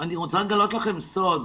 אני רוצה לגלות לכם סוד.